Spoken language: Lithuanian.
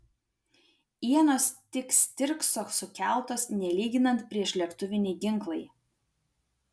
ienos tik stirkso sukeltos nelyginant priešlėktuviniai ginklai